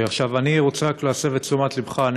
אני רוצה רק להסב את תשומת לבך.